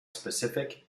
specific